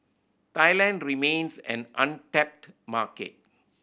Thailand remains an untapped market